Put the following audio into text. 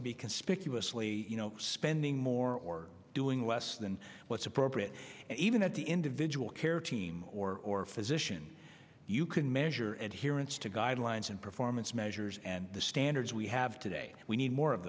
to be conspicuously you know spending more or doing less than what's appropriate and even at the individual care team or physician you can measure adherents to guidelines and performance measures and the standards we have today we need more of